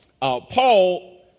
Paul